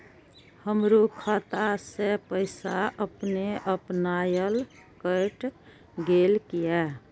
हमरो खाता से पैसा अपने अपनायल केट गेल किया?